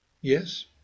Yes